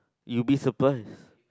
you'll be surprise